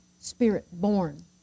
spirit-born